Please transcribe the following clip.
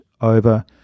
over